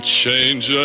change